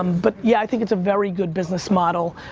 um but yeah, i think it's a very good business model,